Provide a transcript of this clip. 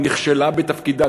היא נכשלה בתפקידה.